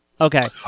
Okay